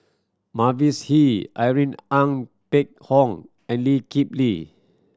Mavis Hee Irene Ng Phek Hoong and Lee Kip Lee